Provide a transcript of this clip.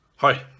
Hi